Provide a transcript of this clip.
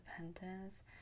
independence